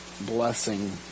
blessing